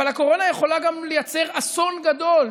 אבל הקורונה יכולה גם לייצר אסון גדול,